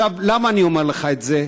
עכשיו, למה אני אומר לך את זה?